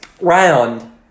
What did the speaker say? round